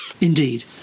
Indeed